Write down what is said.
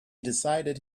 decided